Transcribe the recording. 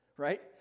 right